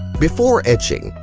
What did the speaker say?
before etching,